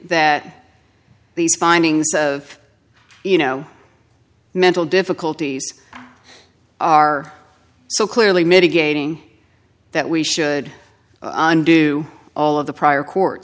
that these findings of you know mental difficulties are so clearly mitigating that we should undo all of the prior court